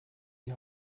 die